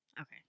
Okay